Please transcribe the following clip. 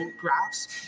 graphs